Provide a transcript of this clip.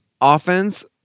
offense